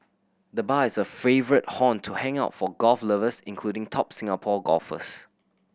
the bar is a favourite haunt to hang out for golf lovers including top Singapore golfers